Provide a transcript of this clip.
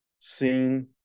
seeing